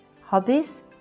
hobbies